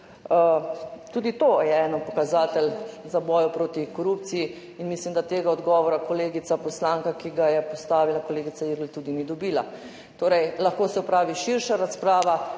Tudi to je en pokazatelj za boj proti korupciji. Mislim, da tega odgovora kolegica poslanka Irgl, ki ga je postavila, tudi ni dobila. Torej se lahko opravi širša razprava,